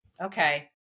okay